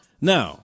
Now